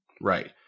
Right